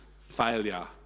failure